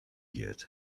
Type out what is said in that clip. get